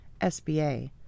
SBA